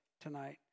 tonight